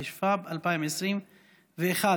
התשפ"ב 2021,